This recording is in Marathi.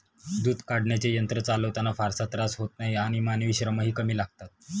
दूध काढण्याचे यंत्र चालवताना फारसा त्रास होत नाही आणि मानवी श्रमही कमी लागतात